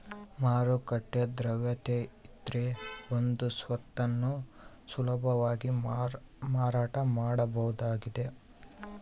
ಮಾರುಕಟ್ಟೆ ದ್ರವ್ಯತೆಯಿದ್ರೆ ಒಂದು ಸ್ವತ್ತನ್ನು ಸುಲಭವಾಗಿ ಮಾರಾಟ ಮಾಡಬಹುದಾಗಿದ